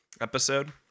episode